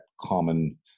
common